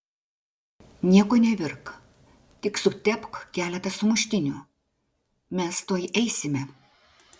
nieko nevirk tik sutepk keletą sumuštinių mes tuoj eisime